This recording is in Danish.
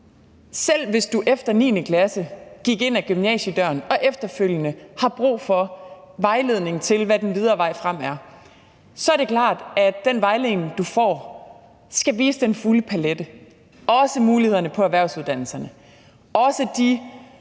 Selv hvis du efter 9. klasse gik ind ad gymnasiedøren og efterfølgende har brug for vejledning til, hvad der er den videre vej frem, så er det klart, at den vejledning, du får, skal vise den fulde palet, også mulighederne på erhvervsuddannelserne, og også de